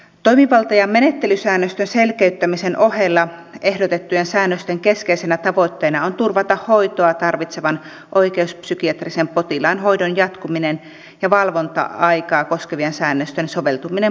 toimivalta ja menettelysäännösten selkeyttämisen ohella ehdotettujen säännösten keskeisenä tavoitteena on turvata hoitoa tarvitsevan oikeuspsykiatrisen potilaan hoidon jatkuminen ja valvonta aikaa koskevien säännösten soveltuminen potilaaseen